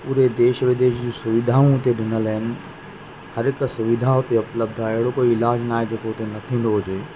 पूरे देश विदेश जी सुविधाऊं उते ॾिनल आहिनि हरहिक सविधा उते उपलब्ध आहे अहिड़ो कोइ इलाजु न आहे जेको उते न थींदो हुजे